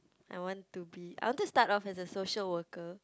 I want to be I wanted to start off as a social worker